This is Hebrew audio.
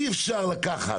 אי אפשר לקחת